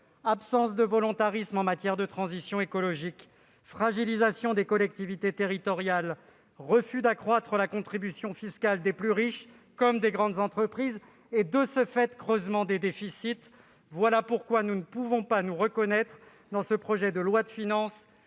absence de volontarisme en matière de transition écologique, fragilisation des collectivités territoriales, refus d'accroître la contribution fiscale des plus riches comme des grandes entreprises et, de ce fait, creusement des déficits : voilà pourquoi nous ne pouvons pas nous reconnaître dans ce projet de loi de finances,